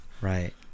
Right